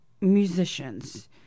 musicians